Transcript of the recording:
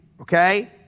okay